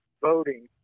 voting